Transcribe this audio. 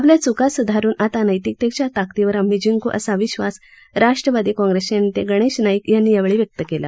आपल्या चुका सुधारून आता नैतिकतेच्या ताकदीवर आम्ही जिंक् असा विश्वास राष्ट्रवादी काँग्रेसचे नेते गणेश नाईक यांनी यावेळी व्यक्त केला